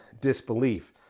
disbelief